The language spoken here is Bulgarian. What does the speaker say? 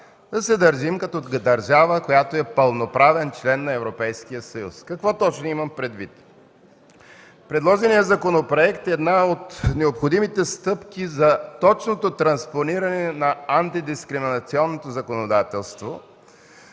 да се държим като държава, която е пълноправен член на Европейския съюз. Какво точно имам предвид? Предложеният законопроект е една от необходимите стъпки за точното транспониране на антидискриминационното законодателство